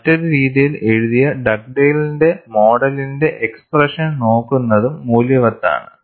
മറ്റൊരു രീതിയിൽ എഴുതിയ ഡഗ്ഡെയ്ലിന്റെ മോഡലിന്റെ എക്സ്പ്രഷൻ നോക്കുന്നതും മൂല്യവത്താണ്